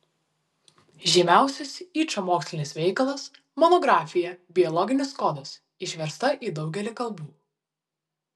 žymiausias yčo mokslinis veikalas monografija biologinis kodas išversta į daugelį kalbų